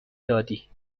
دادی